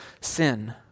sin